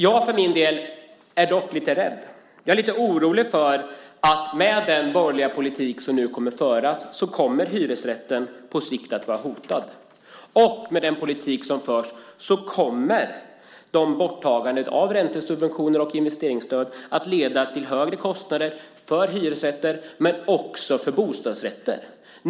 Jag för min del är dock lite rädd. Jag är lite orolig för att med den borgerliga politik som nu kommer att föras så kommer hyresrätten på sikt att vara hotad, och med den politik som förs kommer borttagandet av räntesubventioner och investeringsstöd att leda till högre kostnader för hyresrätter men också för bostadsrätter.